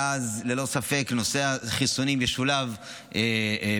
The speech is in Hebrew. ואז ללא ספק נושא החיסונים ישולב ביחד.